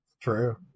True